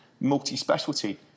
multi-specialty